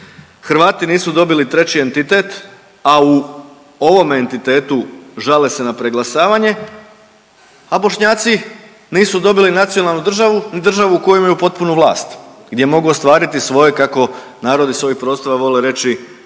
Hrvati nisu dobili treći entitet, a u ovom entitetu žale se na preglasavanje, a Bošnjaci nisu dobili nacionalnu državu, ni državu u kojoj imaju potpunu vlast gdje mogu ostvariti svoje kako narodi s ovih prostora vole reći